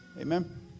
Amen